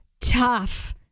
tough